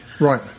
Right